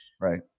Right